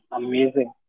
amazing